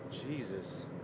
Jesus